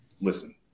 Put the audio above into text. listen